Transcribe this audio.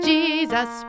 Jesus